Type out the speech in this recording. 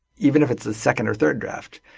even if it's the second or third draft,